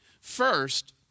First